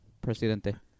Presidente